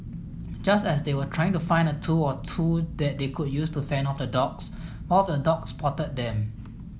just as they were trying to find a tool or two that they could use to fend off the dogs one of the dogs spotted them